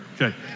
Okay